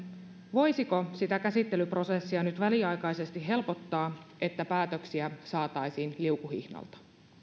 voisiko sitä käsittelyprosessia nyt väliaikaisesti helpottaa että päätöksiä saataisiin liukuhihnalta